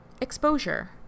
exposure